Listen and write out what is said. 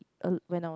uh when I was